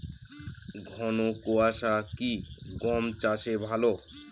ঘন কোয়াশা কি গম চাষে ভালো?